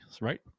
Right